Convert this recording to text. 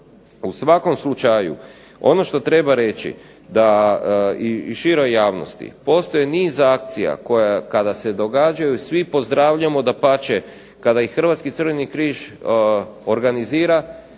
U svakom slučaju ono što treba reći i široj javnosti, postoji niz akcija koje kada se događaju svi pozdravljamo. Dapače, kada i Hrvatski Crveni križ organizira